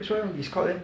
为什么 Discord leh